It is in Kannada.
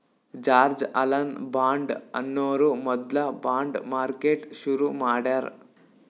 ಜಾರ್ಜ್ ಅಲನ್ ಬಾಂಡ್ ಅನ್ನೋರು ಮೊದ್ಲ ಬಾಂಡ್ ಮಾರ್ಕೆಟ್ ಶುರು ಮಾಡ್ಯಾರ್